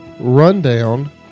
Rundown